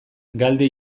galde